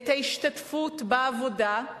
את ההשתתפות בעבודה,